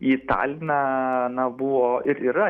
į taliną na buvo ir yra